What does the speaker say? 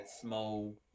small